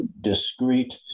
discrete